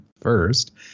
first